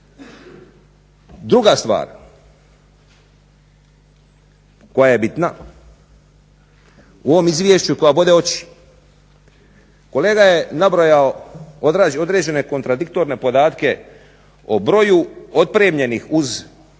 Druga stvar koja je bitna u ovom izvješću i koja bode oči, kolega je nabrojao određene kontradiktorne podatke o broju otpremljenih uz korektne